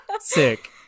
Sick